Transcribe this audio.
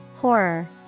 Horror